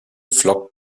flockt